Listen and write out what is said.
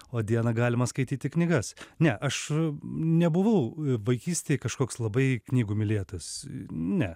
o dieną galima skaityti knygas ne aš nebuvau vaikystėj kažkoks labai knygų mylėtas ne